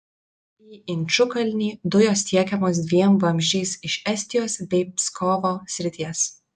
į inčukalnį dujos tiekiamos dviem vamzdžiais iš estijos bei pskovo srities